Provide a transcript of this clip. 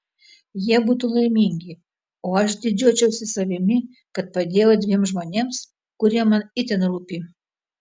jie būtų laimingi o aš didžiuočiausi savimi kad padėjau dviem žmonėms kurie man itin rūpi